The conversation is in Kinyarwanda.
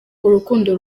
urukundo